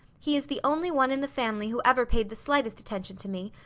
he is the only one in the family who ever paid the slightest attention to me,